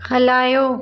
हलायो